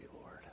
Lord